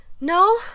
No